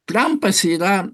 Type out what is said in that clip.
trampas yra